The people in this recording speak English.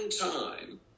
time